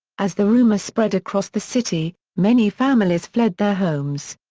as the rumour spread across the city, many families fled their homes.